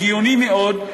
הגיוני מאוד,